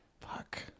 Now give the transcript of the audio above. Fuck